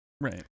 Right